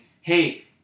hey